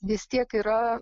vis tiek yra